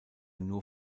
nur